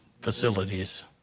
facilities